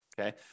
Okay